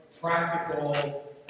practical